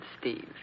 Steve